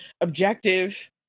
objective